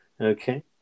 Okay